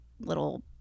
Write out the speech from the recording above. little